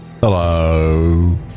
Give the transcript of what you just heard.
Hello